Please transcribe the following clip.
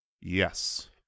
Yes